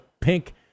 pink